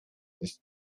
ist